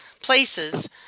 Places